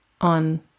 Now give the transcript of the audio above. on